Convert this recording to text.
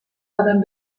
poden